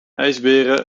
ijsberen